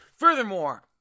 Furthermore